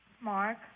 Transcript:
Mark